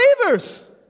believers